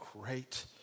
great